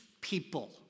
people